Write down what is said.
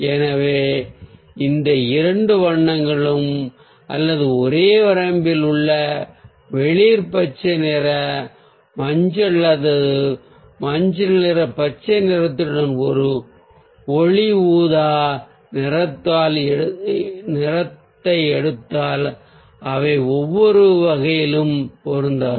எனவே அந்த இரண்டு வண்ணங்களும் அல்லது ஒரே வரம்பில் உள்ள வெளிர் பச்சை நிற மஞ்சள் அல்லது மஞ்சள் நிற பச்சை நிறத்துடன் ஒரு ஒளி ஊதா நிறத்தை எடுத்தால் அவை எந்தவொரு வகையிலும் பொருந்தாது